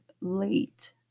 late